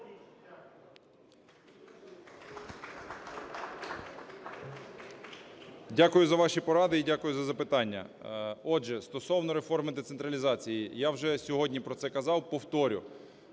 Дякую за ваші поради і дякую за запитання. Отже, стосовно реформи децентралізації. Я вже сьогодні про це казав, повторю,